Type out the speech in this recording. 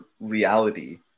reality